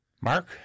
mark